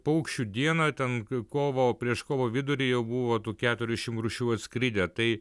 paukščių dieną ten kovo prieš kovo vidury jau buvo tų keturiasdešimt rūšių atskridę tai